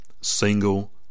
single